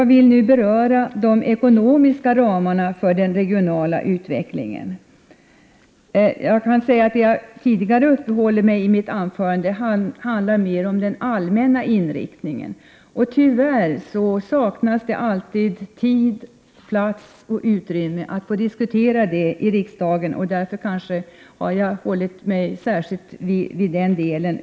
Jag vill nu beröra de ekonomiska ramarna för den regionala utvecklingen. Det jag tidigare har uppehållit mig vid i mitt anförande handlar mer om den allmänna inriktningen. Tyvärr saknas det alltid tid, plats och utrymme för att kunna diskutera detta i riksdagen. Därför har jag hållit mig särskilt till mina åsikter.